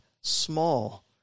small